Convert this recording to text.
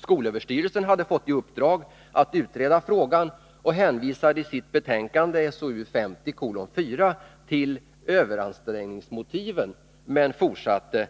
Skolöverstyrelsen hade fått i uppdrag att utreda frågan och hänvisade i sitt betänkande SOU 1950:4 till ”överansträngningsmotiven” men fortsatte: